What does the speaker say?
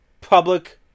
public